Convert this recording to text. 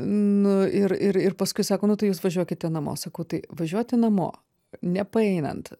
nu ir ir ir paskui sako nu tai jūs važiuokite namo sakau tai važiuoti namo nepaeinant